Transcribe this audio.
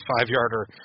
five-yarder